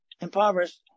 impoverished